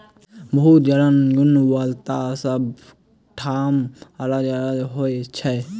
भू जलक गुणवत्ता सभ ठाम अलग अलग होइत छै